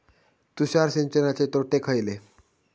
तुषार सिंचनाचे तोटे खयले?